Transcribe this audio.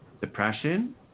depression